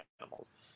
animals